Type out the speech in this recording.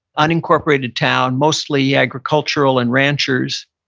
unincorporated town, mostly agricultural and ranchers.